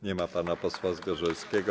Nie ma pana posła Zgorzelskiego.